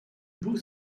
beau